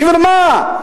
בשביל מה?